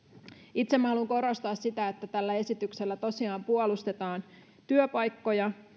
itse haluan korostaa sitä että tällä esityksellä tosiaan puolustetaan työpaikkoja